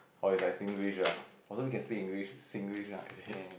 oh it's like Singlish lah oh so we can speak English Singlish lah is it